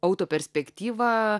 auto perspektyva